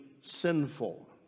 sinful